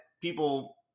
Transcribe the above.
people